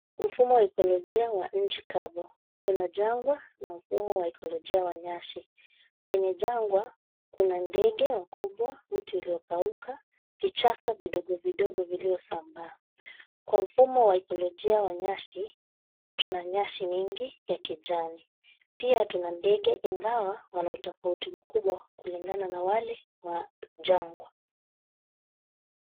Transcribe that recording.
Mfumo wa ekolojia wa nchi kavu. Kuna jangwa na mfumo wa ekolojia wa nyasi . Kwenye jangwa, kuna ndege wakubwa, mti uliokauka, vichaka vidogo vidogo viliosambaa. Kwa mfumo wa ekolojia wa nyasi, tuna nyasi mingi ya kijani. Pia tuna ndege ingawa, wana utofauti mkubwa kulingana na wale wa jangwa .